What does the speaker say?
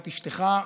את אשתך,